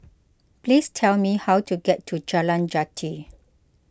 please tell me how to get to Jalan Jati